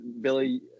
Billy